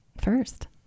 First